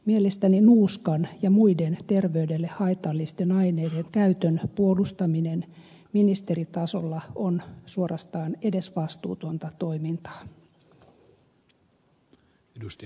mielestäni nuuskan ja muiden terveydelle haitallisten aineiden käytön puolustaminen ministeritasolla on suorastaan edesvastuutonta toimintaa